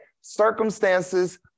Circumstances